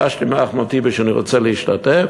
אמרתי לאחמד טיבי שאני רוצה להשתתף,